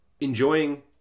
enjoying